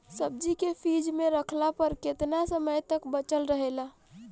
सब्जी के फिज में रखला पर केतना समय तक बचल रहेला?